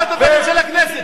קלקלת את הפנים של הכנסת.